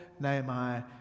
Nehemiah